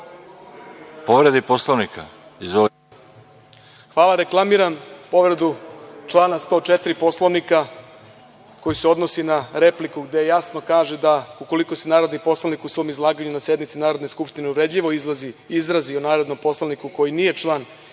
Hvala. Reklamiram povredu člana 104. Poslovnika koji se odnosi na repliku, gde jasno kaže da ukoliko se narodni poslanik u svom izlaganju na sednici Narodne skupštine uvredljivo izraz o narodnom poslaniku koji nije član